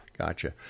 Gotcha